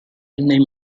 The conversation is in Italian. nei